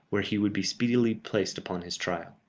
where he would be speedily placed upon his trial.